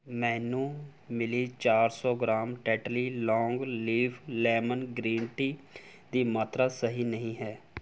ਮੈਨੂੰ ਮਿਲੀ ਚਾਰ ਸੌ gram Tetley long leaf lemon green tea ਦੀ ਮਾਤਰਾ ਸਹੀ ਨਹੀਂ ਹੈ